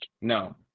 No